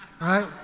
right